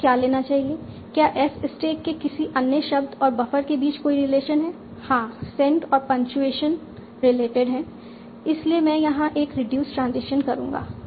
मुझे क्या लेना चाहिए क्या S स्टैक के किसी अन्य शब्द और बफर के बीच कोई रिलेशन है हां सेंट और पंक्चुएशन रिलेटेड हैं इसलिए मैं यहां एक रिड्यूस ट्रांजिशन करूंगा